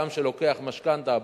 אדם שלוקח משכנתה,